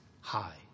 high